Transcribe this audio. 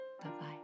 Bye-bye